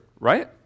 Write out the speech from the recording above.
right